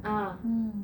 ah